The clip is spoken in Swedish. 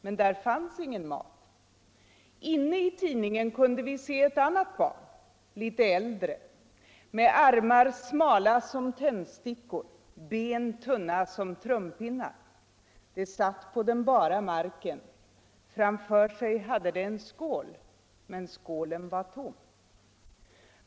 Men där fanns ingen mat. Inne i tidningen kunde vi se ett annat barn. Litet äldre. Med armar smala som tändstickor, ben tunna som trumpinnar. Det satt på den bara marken. Framför sig hade det en skål. Men skålen var tom.